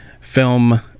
film